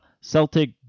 Celtic